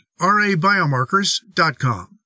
rabiomarkers.com